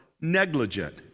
negligent